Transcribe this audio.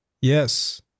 Yes